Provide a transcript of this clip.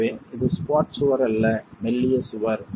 எனவே இது ஸ்குவாட் சுவர் அல்ல மெல்லிய சுவர்